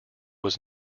was